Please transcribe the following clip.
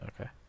Okay